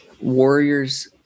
Warriors